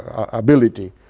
ability,